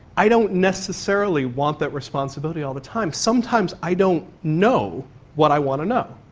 i don't necessarily want that responsibility all the time. sometimes i don't know what i want to know.